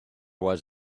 was